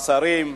והשרים,